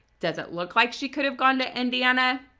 does it look like she could have gone to indiana?